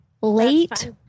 late